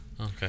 Okay